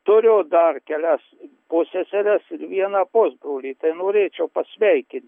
turiu dar kelias pusseseres ir vieną pusbrolį tai norėčiau pasveikinti